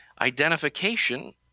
identification